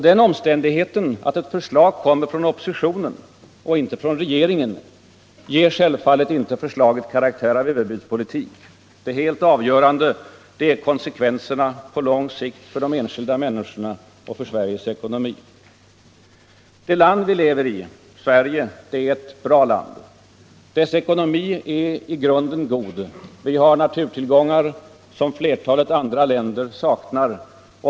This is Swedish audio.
Den omständigheten att ett förslag kommer från oppositionen — och inte från regeringen — ger självfallet inte förslaget karaktär av överbudspolitik. Det helt avgörande är konsekvenserna på lång sikt för de enskilda människorna och Sveriges ekonomi. Det land vi lever i — Sverige — är ett bra land. Dess ekonomi är i grunden god. Vi har naturtillgångar som flertalet andra länder saknar.